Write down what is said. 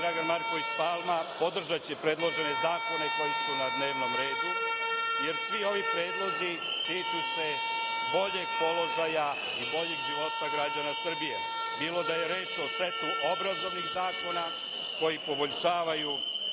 Dragan Marković Palma podržaće predložene zakone koji su na dnevnom redu, jer svi ovi predlozi tiču se boljeg položaja i boljeg života građana Srbije, bilo da je reč o setu obrazovnih građana, koji poboljšavaju